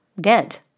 dead